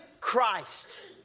Christ